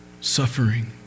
suffering